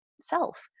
self